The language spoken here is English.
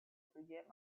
forget